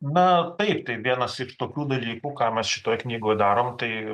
na taip tai vienas iš tokių dalykų ką mes šitoj knygoj darom tai